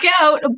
out